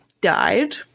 died